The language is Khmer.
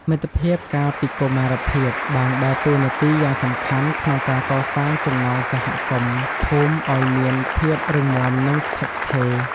មិត្តភាពកាលពីកុមារភាពបានដើរតួនាទីយ៉ាងសំខាន់ក្នុងការកសាងចំណងសហគមន៍ភូមិឱ្យមានភាពរឹងមាំនិងស្ថិតស្ថេរ។